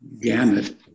gamut